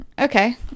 Okay